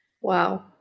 Wow